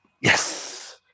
Yes